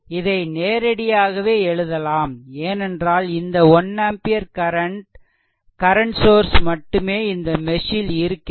இதை நேரடியாகவே எழுதலாம் ஏனென்றால் இந்த 1 ஆம்பியர் கரண்ட் சோர்ஸ் மட்டுமே இந்த மெஷ் ல் இருக்கிறது